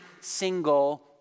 single